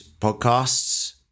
podcasts